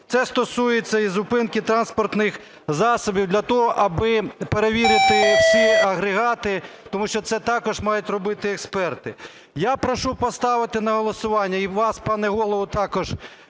Це стосується і зупинки транспортних засобів для того, аби перевірити всі агрегати, тому що це також мають робити експерти. Я прошу поставити на голосування, і вас, пане Голово, також,